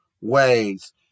ways